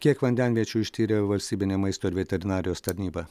kiek vandenviečių ištyrė valstybinė maisto ir veterinarijos tarnyba